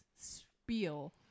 spiel